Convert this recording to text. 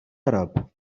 arab